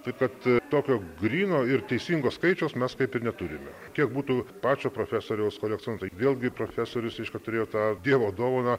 taip kad tokio gryno ir teisingo skaičiaus mes kaip ir neturime kiek būtų pačio profesoriaus kolekcionuota vėlgi profesorius reiškia turėjo tą dievo dovaną